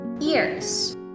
ears